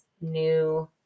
new